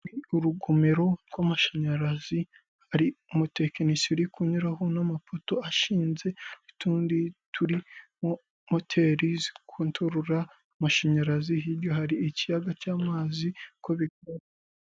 Urugomero rw'amashanyarazi ari umutekinisiye uri kunyuraho n'amapoto ashinze, utundi turimo moteri zikontorora amashanyarazi hirya hari ikiyaga cy'amazi.